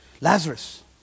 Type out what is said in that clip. Lazarus